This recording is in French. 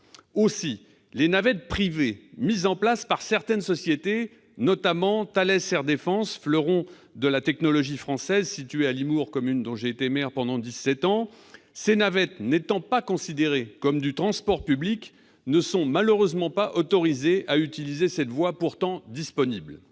Aussi, les navettes privées mises en place par certaines sociétés, notamment Thales Air Defence, fleuron de la technologie française situé à Limours, commune dont j'ai été le maire pendant dix-sept ans, n'étant pas considérées comme assurant du transport public, ne sont malheureusement pas autorisées à utiliser cette voie, pourtant disponible.